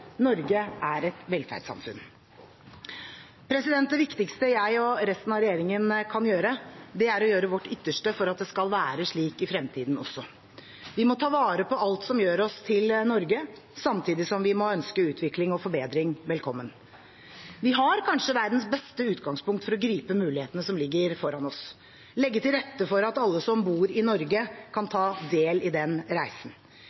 Norge er et velferdssamfunn. Det viktigste jeg og resten av regjeringen kan gjøre, er å gjøre vårt ytterste for at det skal være slik i fremtiden også. Vi må ta vare på alt som gjør oss til Norge, samtidig som vi må ønske utvikling og forbedring velkommen. Vi har kanskje verdens beste utgangspunkt for å gripe mulighetene som ligger foran oss, legge til rette for at alle som bor i Norge, kan ta del i den reisen.